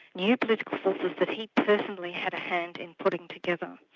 new political forces that he personally had a hand in putting together,